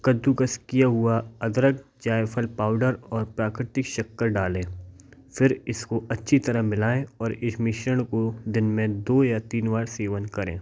कद्दूकस किया हुआ अदरक जायफ़ल पाउडर और प्रकृतिक शक्कर डाले फिर इसको अच्छी तरह मिलाएं और इस मिश्रण को दिन मे दो या तीन बार सेवन करें